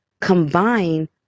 combine